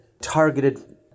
targeted